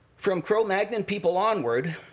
from cro-magnon and people onward,